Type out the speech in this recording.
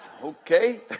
Okay